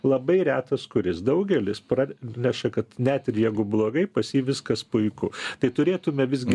labai retas kuris daugelis praneša kad net ir jeigu blogai pas jį viskas puiku tai turėtume visgi